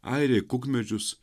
airiai kukmedžius